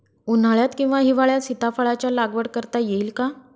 उन्हाळ्यात किंवा हिवाळ्यात सीताफळाच्या लागवड करता येईल का?